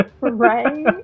Right